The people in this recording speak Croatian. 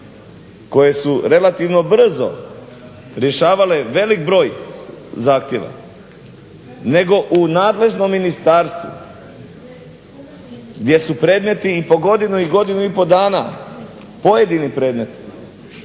koje su relativno brzo rješavale velik broj zahtjeva, nego u nadležnom ministarstvu gdje su predmeti po godinu i godinu i pol dana, pojedini predmeti